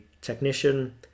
technician